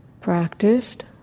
practiced